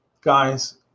Guys